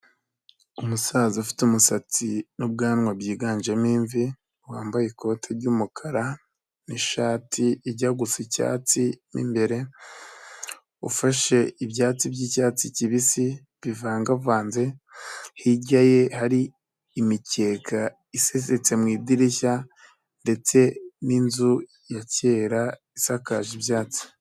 Umusaza ufite umusatsi n'ubwanwa byiganjemo imvi wambaye ikote ry'umukara n'ishati ijya gusa icyatsi mo imbere, ufashe ibyatsi by'icyatsi kibisi bivangavanze, hirya ye hari imikega isesetse mu idirishya ndetse n'inzu ya kera isakaje ibyatsi.